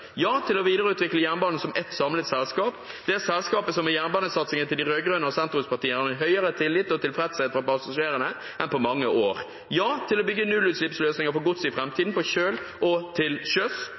ja til å videreutvikle jernbanen som ett samlet selskap, det selskapet som med jernbanesatsingen til de rød-grønne og sentrumspartiene har en høyere tillit og tilfredshet fra passasjerene enn på mange år. Vi sier ja til å bygge nullutslippsløsninger for gods i